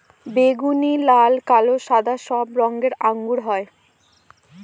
বেগুনি, লাল, কালো, সাদা সব রঙের আঙ্গুর হয়